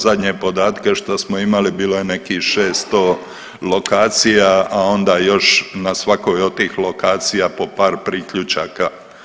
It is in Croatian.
zadnje podatke što smo imali bilo je nekih 600 lokacija, a onda još na svakoj od tih lokacija po par priključaka.